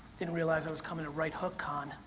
didn't realize i was coming to right hook con.